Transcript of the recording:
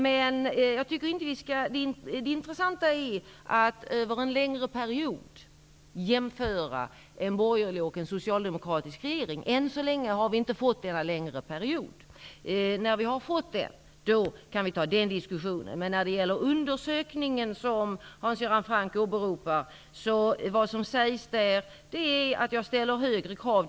Det intressanta är att över en längre period jämföra en borgerlig och en socialdemokratisk regering. Än så länge har vi inte fått en längre period. När vi har fått det kan vi ta den diskussionen. Det som sägs i den undersökning som Hans Göran Franck åberopar är att jag ställer högre krav.